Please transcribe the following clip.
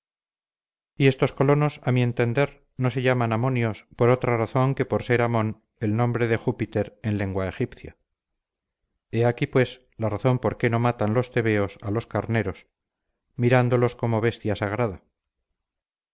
y estos colonos a mi entender no se llaman amonios por otra razón que por ser amon el nombre de júpiter en lengua egipcia he aquí pues la razón por qué no matan los tebeos a los carneros mirándolos como bestia sagrada